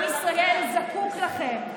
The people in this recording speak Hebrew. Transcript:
עם ישראל זקוק לכם.